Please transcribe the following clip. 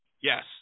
Yes